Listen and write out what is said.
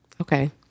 Okay